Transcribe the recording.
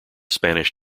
spanish